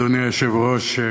אדוני היושב-ראש,